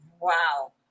Wow